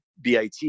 BIT